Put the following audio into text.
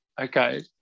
Okay